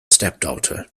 stepdaughter